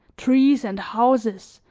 trees and houses,